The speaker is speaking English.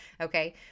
okay